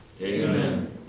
Amen